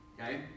Okay